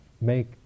make